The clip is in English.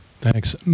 thanks